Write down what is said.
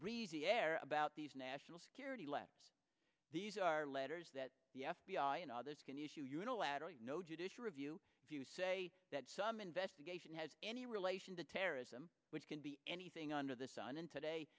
breezy air about these national security letters these are letters that the f b i and others can issue unilaterally no judicial review if you say that some investigation has any relation to terrorism which can be anything under the sun in today